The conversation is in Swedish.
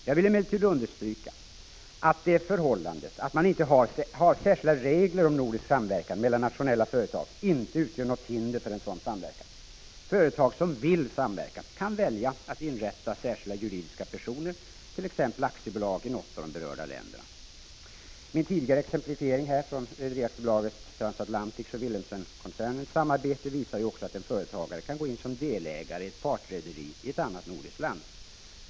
Jag vill emellertid understryka att det förhållandet att man inte har särskilda regler om nordisk samverkan mellan nationella företag inte utgör något hinder för en sådan samverkan. Företag som vill samverka kan välja att inrätta särskilda juridiska personer, t.ex. aktiebolag i något av de berörda länderna. Min tidigare exemplifiering här från Rederi AB Transatlantics och Wilhelmsenkoncernens samarbete visar ju också att en företagare kan gå in som delägare i ett partrederi i ett annat nordiskt land.